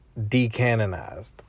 decanonized